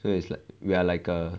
so it's like we're like a